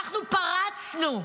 אנחנו פרצנו,